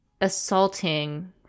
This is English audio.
assaulting